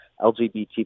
LGBT